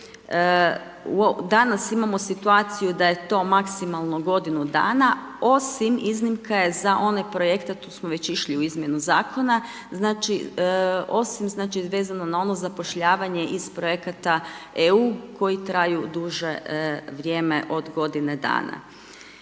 Danas imamo situaciju da je to maksimalno godinu dana osim iznimka je za one projekte a tu smo već išli u izmjenu zakona, znači osim znači vezano na ono zapošljavanje iz projekata EU koji traju duže vrijeme od godine dana.